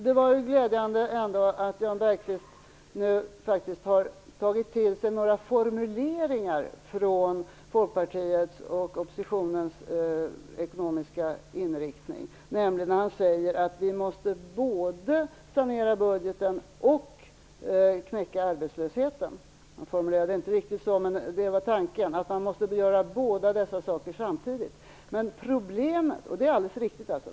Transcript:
Det var ändå glädjande att Jan Bergqvist nu har tagit till sig några formuleringar från Folkpartiets och oppositionens ekonomiska inriktning, nämligen när han säger att vi måste både sanera budgeten och knäcka arbetslösheten. Han formulerade det inte riktigt så, men det var tanken. Man måste göra båda dessa saker samtidigt. Och det är alldeles riktigt.